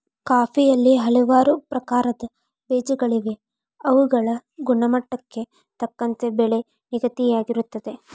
ಕಾಫಿಯಲ್ಲಿ ಹಲವಾರು ಪ್ರಕಾರದ ಬೇಜಗಳಿವೆ ಅವುಗಳ ಗುಣಮಟ್ಟಕ್ಕೆ ತಕ್ಕಂತೆ ಬೆಲೆ ನಿಗದಿಯಾಗಿರುತ್ತದೆ